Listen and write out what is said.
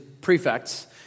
prefects